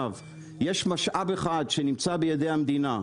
יש משאב אחד שנמצא בידי המדינה,